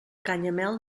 canyamel